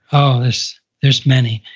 oh, there's there's many.